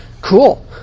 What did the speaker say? Cool